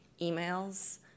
emails